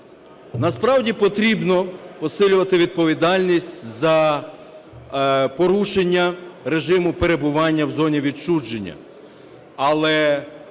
насправді потрібно посилювати відповідальність за порушення режиму перебування в зоні відчуження.